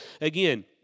again